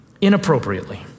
inappropriately